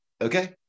okay